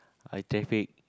ah traffic